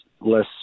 less